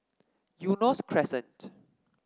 Eunos Crescent